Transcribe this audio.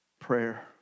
prayer